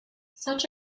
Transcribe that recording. such